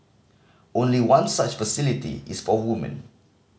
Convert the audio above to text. only one such facility is for woman